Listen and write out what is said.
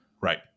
Right